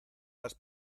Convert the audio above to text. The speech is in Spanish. las